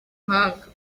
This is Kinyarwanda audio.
ubuhanga